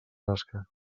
rasca